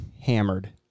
hammered